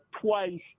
twice